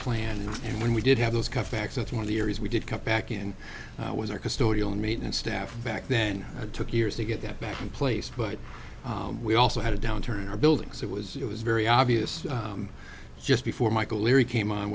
plan and when we did have those cutbacks that's one of the areas we did cut back and that was our custodial inmate and staff back then it took years to get that back in place but we also had a downturn in our building so it was it was very obvious just before michael o'leary came on